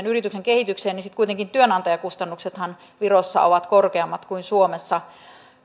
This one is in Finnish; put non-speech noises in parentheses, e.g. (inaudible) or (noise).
(unintelligible) yrityksen kehitykseen niin sitten kuitenkin työnantajakustannuksethan virossa ovat korkeammat kuin suomessa